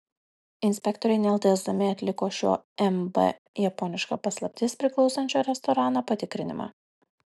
inspektoriai nedelsdami atliko šio mb japoniška paslaptis priklausančio restorano patikrinimą